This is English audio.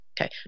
okay